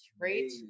right